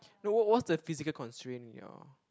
no wha~ what is the physical constraint your